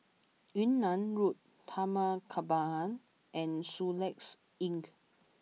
Yunnan Road Taman Kembangan and Soluxe Inn